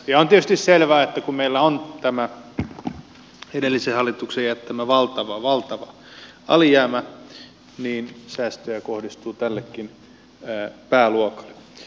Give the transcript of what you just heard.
on tietysti selvää että kun meillä on tämä edellisen hallituksen jättämä valtava valtava alijäämä niin säästöjä kohdistuu tällekin pääluokalle